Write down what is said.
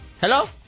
Hello